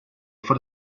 for